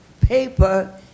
paper